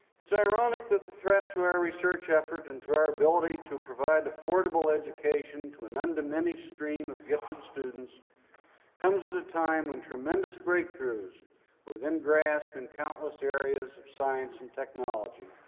it's ironic that the threat to our research effort and to our ability to provide affordable education to an undiminished stream of gifted students comes at a time when tremendous breakthroughs are within grasp in countless areas of science and technology.